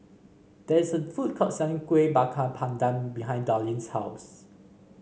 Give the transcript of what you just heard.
there is a food court selling Kueh Bakar Pandan behind Darlyne's house